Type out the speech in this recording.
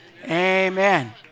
Amen